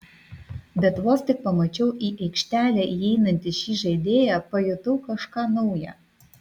bet vos tik pamačiau į aikštelę įeinantį šį žaidėją pajutau kažką nauja